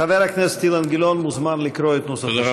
חבר הכנסת אילן גילאון מוזמן לקרוא את נוסח השאילתה.